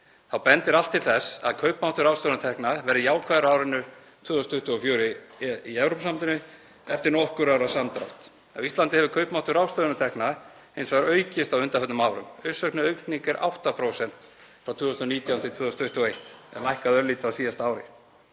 Þá bendir allt til þess að kaupmáttur ráðstöfunartekna verði jákvæður á árinu 2024 í Evrópusambandinu eftir nokkurra ára samdrátt. Á Íslandi hefur kaupmáttur ráðstöfunartekna hins vegar aukist á undanförnum árum, uppsöfnuð aukning er 8% frá 2019–2021 en lækkaði örlítið á síðasta ári.